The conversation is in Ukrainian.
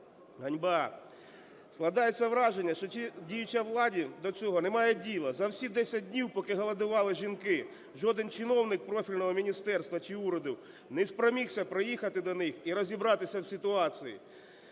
Ганьба! Складається враження, що діючій владі до цього немає діла. За всі 10 днів, поки голодували жінки, жоден чиновник профільного міністерства чи уряду не спромігся проїхати до них і розібратися в ситуації.